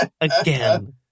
Again